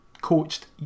coached